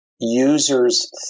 users